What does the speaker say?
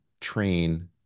train